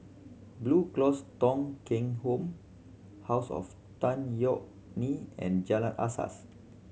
Blue Cross Thong Kheng Home House of Tan Yeok Nee and Jalan Asas